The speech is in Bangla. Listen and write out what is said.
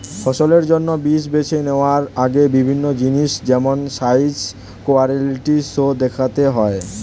ফসলের জন্য বীজ বেছে নেওয়ার আগে বিভিন্ন জিনিস যেমন সাইজ, কোয়ালিটি সো দেখতে হয়